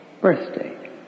birthday